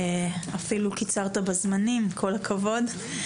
אפילו קיצרת בזמנים, כל הכבוד.